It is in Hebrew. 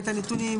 את הנתונים,